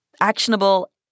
actionable